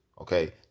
okay